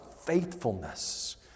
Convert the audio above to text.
faithfulness